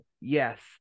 yes